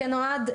אוהד,